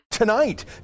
Tonight